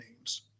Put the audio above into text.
names